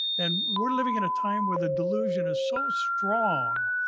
and we are living in a time when the delusion is so strong.